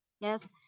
Yes